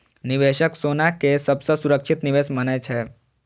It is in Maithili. निवेशक सोना कें सबसं सुरक्षित निवेश मानै छै